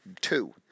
two